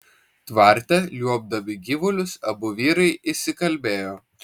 tvarte liuobdami gyvulius abu vyrai įsikalbėjo